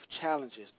challenges